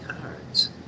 cards